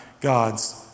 God's